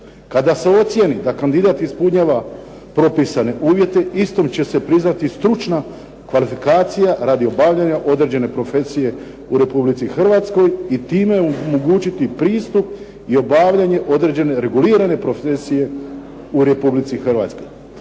Kada se ocijeni da kandidat ispunjava propisane uvjete istom će se priznati stručna kvalifikacija radi obavljanja određene profesije u Republici Hrvatskoj i time omogućiti pristup i obavljanje određene regulirane profesije u Republici Hrvatskoj.